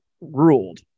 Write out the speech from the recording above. ruled